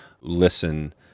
listen